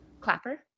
Clapper